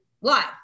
live